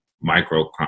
micro